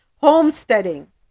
homesteading